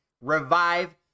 Revive